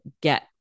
get